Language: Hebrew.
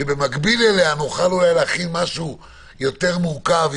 כאשר במקביל אליה נוכל אולי להכין משהו יותר מורכב,